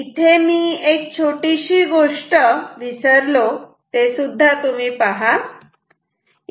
इथे ही छोटीशी गोष्ट मी विसरलो तेसुद्धा तुम्ही पाहून घ्या